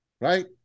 right